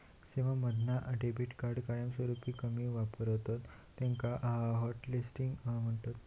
सेवांमधना debit card कायमस्वरूपी कमी वापरतत त्याका हॉटलिस्टिंग म्हणतत